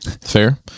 Fair